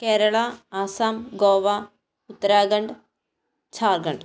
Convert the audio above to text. Kerala Assam Goa Uttarakhand Jharkhand